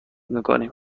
میکنیم